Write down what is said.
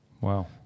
Wow